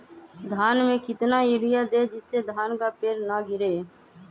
धान में कितना यूरिया दे जिससे धान का पेड़ ना गिरे?